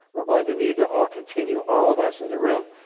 we're going to need to all continue all of us in the room.